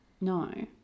no